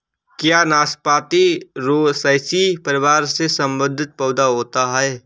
क्या नाशपाती रोसैसी परिवार से संबंधित पौधा होता है?